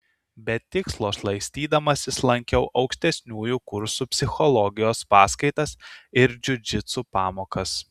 be tikslo šlaistydamasis lankiau aukštesniųjų kursų psichologijos paskaitas ir džiudžitsu pamokas